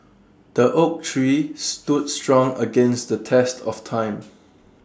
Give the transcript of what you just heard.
the oak tree stood strong against the test of time